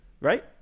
right